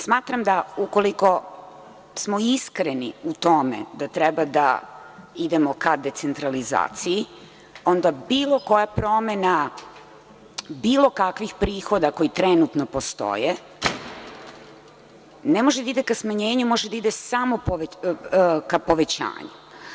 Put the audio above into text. Smatram da ukoliko smo iskreni u tome da treba da idemo ka decentralizaciji onda bilo koja promena, bilo kakvih prihoda koji trenutno postoje, ne može da ide ka smanjenju, može da ide samo ka povećanju.